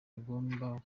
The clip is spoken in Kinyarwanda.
bagomba